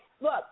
Look